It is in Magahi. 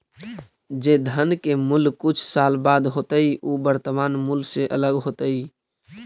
जे धन के मूल्य कुछ साल बाद होतइ उ वर्तमान मूल्य से अलग होतइ